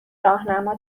راهنما